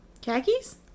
Khakis